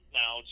now